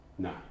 No